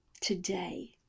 today